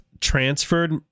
transferred